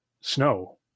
snow